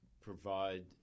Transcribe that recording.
provide